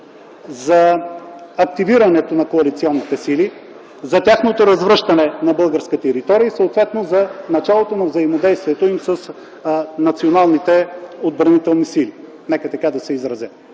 за активирането на коалиционните сили, за тяхното развръщане на българска територия и за началото на взаимодействието им с националните отбранителни сили? Ако нямаме отговора